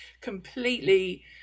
completely